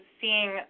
seeing